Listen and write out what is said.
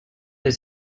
its